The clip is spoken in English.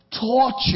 torture